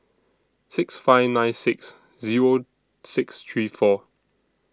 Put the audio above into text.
six five nine six Zero six three four